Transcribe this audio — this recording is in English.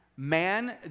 Man